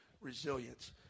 resilience